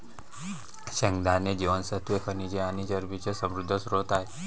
शेंगदाणे जीवनसत्त्वे, खनिजे आणि चरबीचे समृद्ध स्त्रोत आहेत